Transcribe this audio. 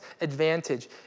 advantage